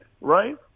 right